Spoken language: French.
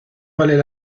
valait